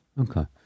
Okay